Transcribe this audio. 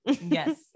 Yes